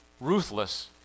ruthless